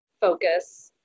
Focus